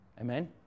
Amen